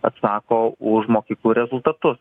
atsako už mokyklų rezultatus